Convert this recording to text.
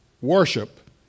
worship